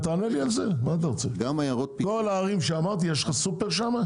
כל הערים שאמרתי יש לך סופרים שם?